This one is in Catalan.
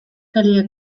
calia